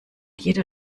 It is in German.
jeder